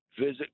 visit